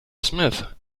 smith